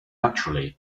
naturally